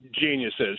geniuses